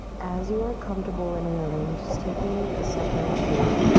as you are comfortable and willing, just taking a second to